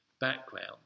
background